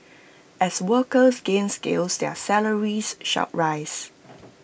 as workers gain skills their salaries should rise